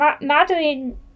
Madeline